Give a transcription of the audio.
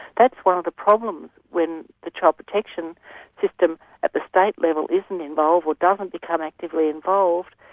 that's one of the problems when the child protection system at the state level isn't involved, or doesn't become actively involved,